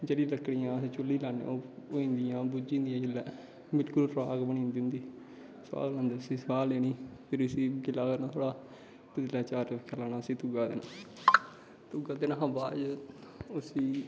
जेह्ड़ी लकड़ियां अस च्हुल्ली लान्ने ओह् होई जंदियां बुज्जी जंदियां जिसलै बिल्कुल राख बनी जंदी उंदी सुहा लैनी भिरी उसी गिल्ला करना थोह्ड़ा पतीलै तै चार चबक्खै लाना उसी तुग्गा देना तुग्ग देनै शा बाद च उसी